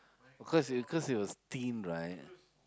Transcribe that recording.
cause it was cause it was thin right